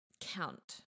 count